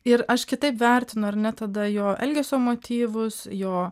ir aš kitaip vertinu ar ne tada jo elgesio motyvus jo